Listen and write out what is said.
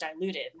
diluted